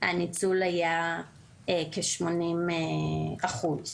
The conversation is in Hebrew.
הניצול היה כשמונים אחוז.